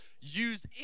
use